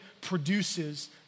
produces